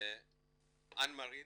אן מארין